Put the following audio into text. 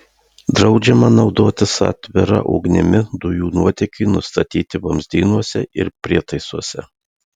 draudžiama naudotis atvira ugnimi dujų nuotėkiui nustatyti vamzdynuose ir prietaisuose